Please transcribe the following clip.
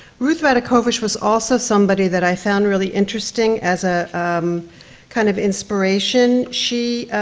ruth radakovich was also somebody that i found really interesting as a kind of inspiration. she